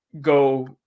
go